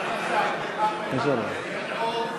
ההסתייגויות